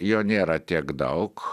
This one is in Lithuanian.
jo nėra tiek daug